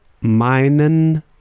meinen